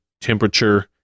temperature